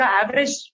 average